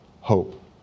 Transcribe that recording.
hope